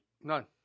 None